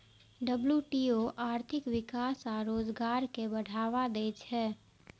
WTO आर्थिक विकास आ रोजगार कें बढ़ावा दै छै